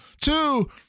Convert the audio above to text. Two